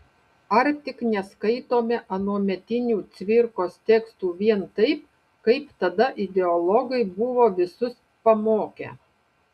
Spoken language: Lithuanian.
ar tik neskaitome anuometinių cvirkos tekstų vien taip kaip tada ideologai buvo visus pamokę